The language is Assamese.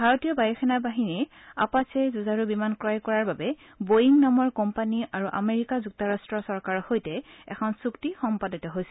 ভাৰতীয় বায়ুসেনা বাহিনীৰ আপাচে যুজাৰু বিমান ক্ৰয় কৰাৰ বাবে ব'য়িং নামৰ কোম্পানী আৰু আমেৰিকা যুক্তৰাট্টৰ চৰকাৰৰ সৈতে এখন চুক্তি সম্পাদিত কৰিছে